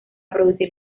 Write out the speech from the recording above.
producir